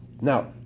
Now